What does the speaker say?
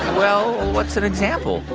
well, what's an example?